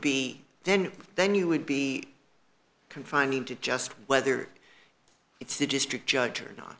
b then then you would be confining to just whether it's the district judge or not